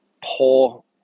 poor